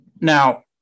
Now